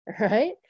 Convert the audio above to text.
right